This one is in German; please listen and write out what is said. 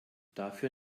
dafür